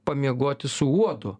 pamiegoti su uodu